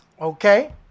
Okay